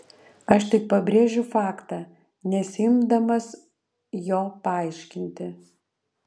aš tik pabrėžiu faktą nesiimdamas jo paaiškinti